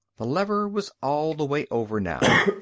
the lever was all the way over now.